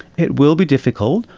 it will be difficult,